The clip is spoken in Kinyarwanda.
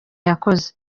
yakoze